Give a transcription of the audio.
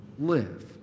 live